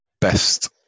best